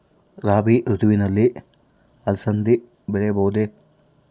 ರಾಭಿ ಋತುವಿನಲ್ಲಿ ಅಲಸಂದಿ ಬೆಳೆಯಬಹುದೆ?